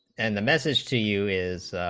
and the message to you is